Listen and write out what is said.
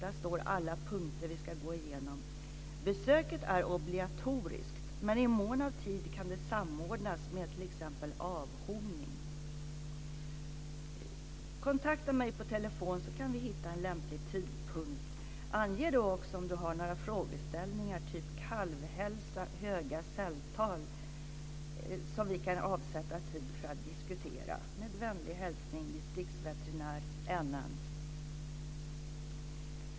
Där står alla punkter som vi ska gå igenom. Besöket är obligatoriskt, men i mån av tid kan det samordnas med t.ex. avhorning. Kontakta mig på telefon, så att vi kan hitta en lämplig tidpunkt för besöket. Ange då också om du har några frågeställningar typ kalvhälsa, höga celltal som vi kan avsätta tid för att diskutera. ... Med vänlig hälsning Distriktsveterinär NN."